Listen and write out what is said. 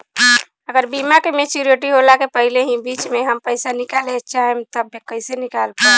अगर बीमा के मेचूरिटि होला के पहिले ही बीच मे हम पईसा निकाले चाहेम त कइसे निकाल पायेम?